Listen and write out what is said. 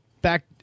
back